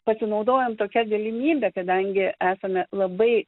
pasinaudojom tokia galimybe kadangi esame labai